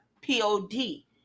p-o-d